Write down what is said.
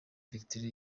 perefegitura